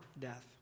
death